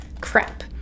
Crap